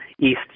east